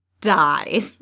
dies